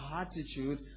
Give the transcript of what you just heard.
attitude